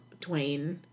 Dwayne